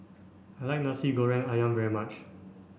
I like Nasi goreng Ayam very much